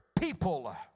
people